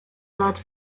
blood